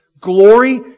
glory